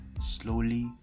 Slowly